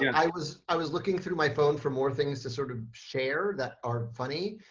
i was i was looking through my phone for more things to sort of share that are funny.